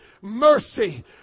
Mercy